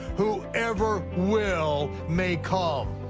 whoever will may come.